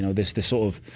so this this sort of.